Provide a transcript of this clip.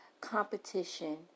competition